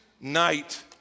night